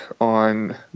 on